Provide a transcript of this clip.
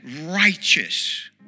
righteous